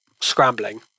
scrambling